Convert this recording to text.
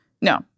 No